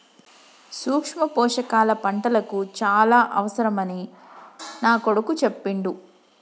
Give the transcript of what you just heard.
సూక్ష్మ పోషకాల పంటలకు చాల అవసరమని నా కొడుకు చెప్పిండు